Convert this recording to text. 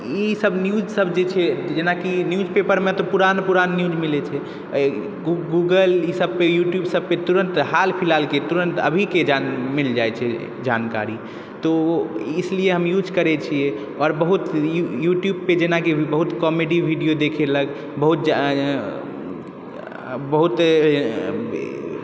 ई सब न्यूज सब जे छै जेनाकि न्यूज पेपरमे तऽ पुरान पुरान पुरान न्यूज मिलै छै गूगल ई सबपर यूट्यूब सबपर तुरत हाल फिलहालके अभीके जान मिल जाइ छै जानकारी तो इसलिए हम यूज करै छियै आओर बहुत यूट्यूबपर जेनाकी बहुत कॉमेडी वीडियो देखेलक बहुत बहुत